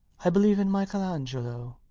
i believe in michael angelo,